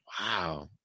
Wow